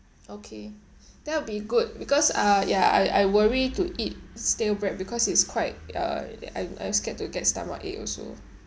okay that will be good because uh ya ya I I worry to eat stale bread because it's quite uh that I'm I'm scared to get stomach ache also